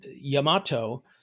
Yamato